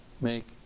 make